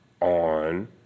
on